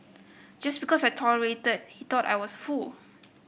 just because I tolerated he thought I was a fool